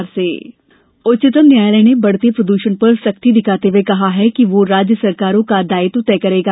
सुको प्रद्षण अंक्श उच्चतम न्यायालय ने बढ़ते प्रदूषण पर सख्ती दिखाते हुए कहा है कि वह राज्य सरकारों का दायित्व तय करेगा